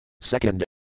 Second